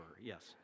Yes